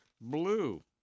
Blue